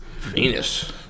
Venus